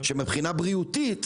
שמבחינה בריאותית